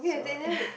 so